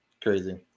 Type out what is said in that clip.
crazy